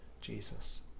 Jesus